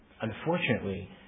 Unfortunately